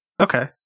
Okay